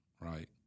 right